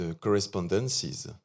correspondences